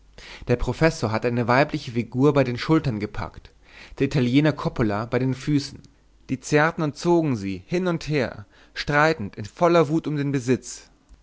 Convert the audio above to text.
der professor hatte eine weibliche figur bei den schultern gepackt der italiener coppola bei den füßen die zerrten und zogen sie hin und her streitend in voller wut um den besitz